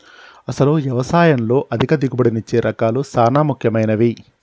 అసలు యవసాయంలో అధిక దిగుబడినిచ్చే రకాలు సాన ముఖ్యమైనవి